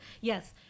Yes